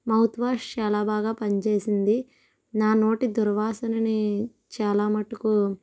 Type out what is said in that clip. mouth wash చాలా బాగా పని చేసింది నా నోటి దుర్వాసనని చాలా మటుకు